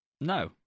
No